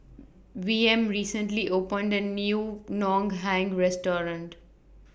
V M recently opened The New Ngoh Hiang Restaurant